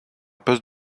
poste